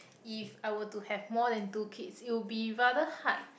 if I were to have more than two kids it'll be rather hard